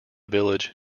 village